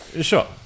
sure